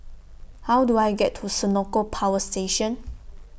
How Do I get to Senoko Power Station